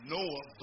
Noah